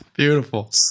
Beautiful